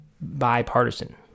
bipartisan